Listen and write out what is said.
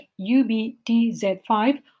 ubtz5